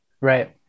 Right